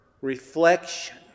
reflection